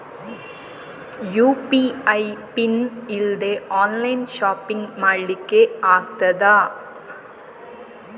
UPI pin ಇಲ್ದೆ online shopping ಮಾಡ್ಲಿಕ್ಕೆ ಆಗ್ತದಾ?